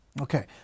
Okay